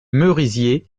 merisiers